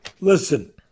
listen